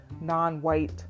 non-white